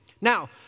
Now